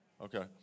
Okay